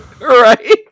Right